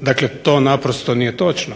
Dakle, to naprosto nije točno.